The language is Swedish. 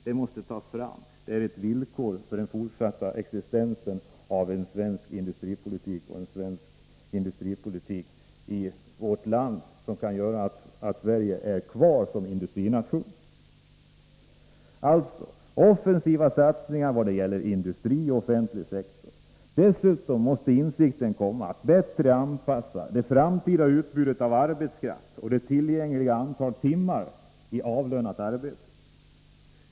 Det måste tas fram — det är ett villkor för den fortsatta existensen av svensk industripolitik i vårt land som kan göra att Sverige blir kvar som industrination. Det behövs alltså offensiva satsningar vad gäller industrin och den offentliga sektorn. Dessutom måste insikten komma om en bättre anpassning av det framtida utbudet av arbetskraft och det tillgängliga antalet timmar i avlönat arbete.